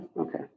Okay